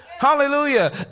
Hallelujah